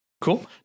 cool